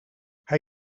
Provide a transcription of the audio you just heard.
hij